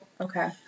Okay